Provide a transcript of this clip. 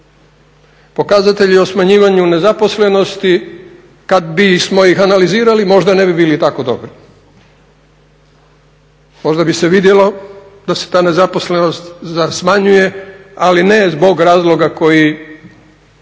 pokazatelji o smanjivanju nezaposlenosti kada bismo ih izanalizirali možda ne bi bili tako dobri, možda bi se vidjelo da se ta nezaposlenost smanjuje ali ne zbog razloga koji